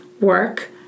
work